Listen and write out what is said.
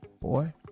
Boy